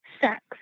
sex